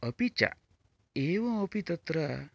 अपि च एवमपि तत्र